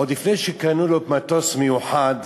עוד לפני שקנו לו מטוס מיוחד,